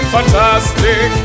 Fantastic